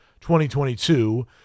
2022